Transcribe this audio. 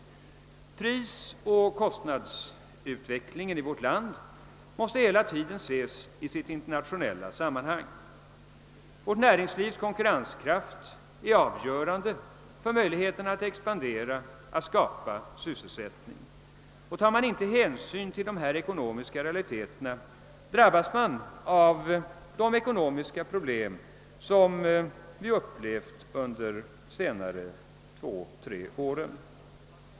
Prisoch kostnadsutvecklingen i vårt land måste hela tiden ses i sitt internationella sammanhang. Vårt näringslivs konkurrenskraft är avgörande för möjligheten att expandera, att skapa sysselsättning, och tar man inte hänsyn till dessa ekonomiska realiteter drabbas man av de ekonomiska problem som vi upplevt under de senaste två-tre åren.